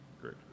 Great